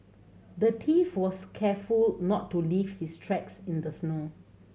the thief was careful not to leave his tracks in the snow